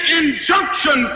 injunction